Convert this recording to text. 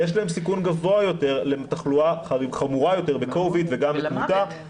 יש להם סיכון גבוה יותר לתחלואה חמורה יותר ב-covid וגם לתמותה.